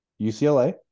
UCLA